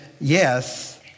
yes